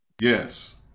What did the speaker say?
Yes